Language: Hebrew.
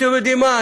אתם יודעים מה?